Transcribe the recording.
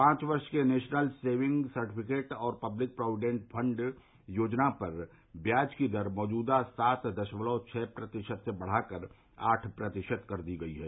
पांच वर्ष के नेशनल सेविंग्स सर्टिफिकेट और पब्लिक प्रॉविडेंट फंड योजना पर ब्याज की दर मौजूदा सात दशमलव छह प्रतिशत से बढ़ाकर आठ प्रतिशत कर दी गई है